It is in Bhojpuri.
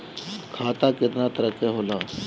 खाता केतना तरह के होला?